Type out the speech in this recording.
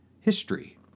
history